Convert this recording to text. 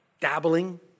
dabbling